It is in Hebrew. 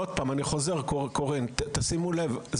שימו לב,